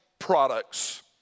Products